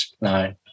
No